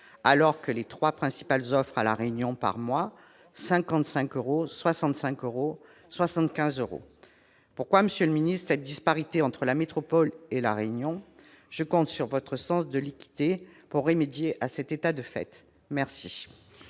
alors que les trois principales offres à La Réunion sont, par mois, de 55 euros, 65 euros et 75 euros. Pourquoi, monsieur le secrétaire d'État, une telle disparité entre la métropole et La Réunion ? Je compte sur votre sens de l'équité pour remédier à cet état de fait. Quel